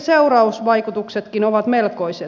seurausvaikutuksetkin ovat melkoiset